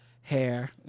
hair